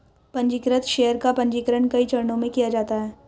पन्जीकृत शेयर का पन्जीकरण कई चरणों में किया जाता है